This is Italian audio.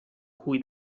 cui